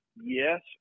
Yes